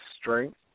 strength